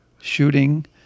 shooting